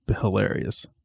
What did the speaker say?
hilarious